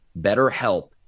BetterHelp